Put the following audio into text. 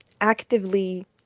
actively